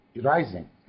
rising